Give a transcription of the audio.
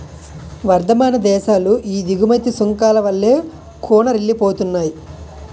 వర్థమాన దేశాలు ఈ దిగుమతి సుంకాల వల్లే కూనారిల్లిపోతున్నాయి